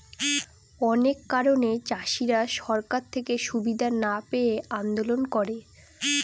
অনেক কারণে চাষীরা সরকার থেকে সুবিধা না পেয়ে আন্দোলন করে